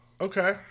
Okay